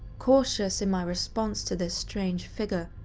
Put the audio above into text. cautious in my response to this strange figure,